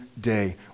day